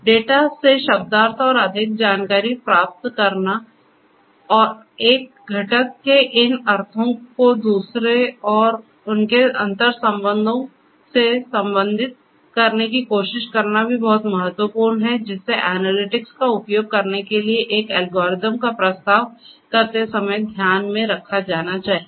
data से शब्दार्थ और अधिक जानकारी प्राप्त करना और एक घटक के इन अर्थों को दूसरे और उनके अंतर्संबंधों से संबंधित करने की कोशिश करना भी बहुत महत्वपूर्ण है जिसे एनालिटिक्स का उपयोग करने के लिए एक एल्गोरिथ्म का प्रस्ताव करते समय ध्यान में रखा जाना चाहिए